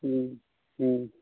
हुँ हुँ